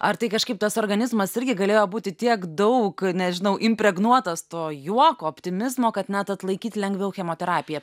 ar tai kažkaip tas organizmas irgi galėjo būti tiek daug nežinau impregnuotas to juoko optimizmo kad net atlaikyt lengviau chemoterapiją